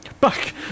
Back